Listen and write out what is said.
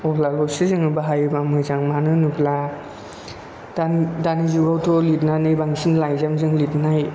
अब्लाल'सो जोङो बाहायोबा मोजां मानो होनोब्ला दानि जुगावथ' लिरनानै बांसिन लाइजामजों लिरनाय